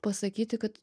pasakyti kad